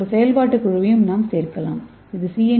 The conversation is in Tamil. ஒரு செயல்பாட்டுக் குழுவையும் நாம் சேர்க்கலாம் இது சி